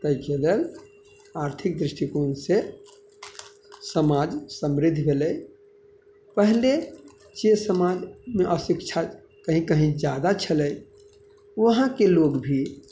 ताहिके लेल आर्थिक दृष्टिकोणसँ समाज समृद्ध भेलै पहिले जे समाज अशिक्षा कहीं कहीं जादा छलै वहाँके लोग भी